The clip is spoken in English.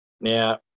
Now